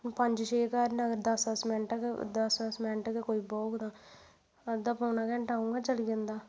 पंज छे घर न अगर दस दस मैंट अगर दस दस मैंट कोई बौह्ग तां अद्धा पौन्ना घैंटा उ'आं चली जंदा